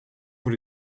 voor